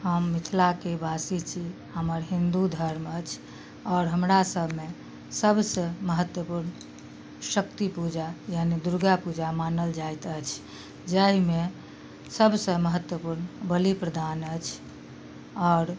हम मिथिलाके वासी छी हमर हिन्दू धर्म अछि आओर हमरा सभमे सभसँ महत्वपूर्ण शक्ति पूजा यानि दुर्गा पूजा मानल जाइत अछि जाहिमे सभसँ महत्वपूर्ण बलिप्रदान अछि आओर